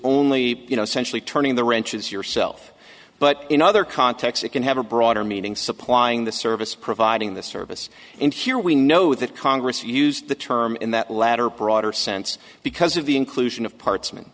only you know centrally turning the wrenches yourself but in other contexts it can have a broader meaning supplying the service providing the service and here we know that congress used the term in that latter broader sense because of the inclusion of parts me